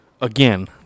Again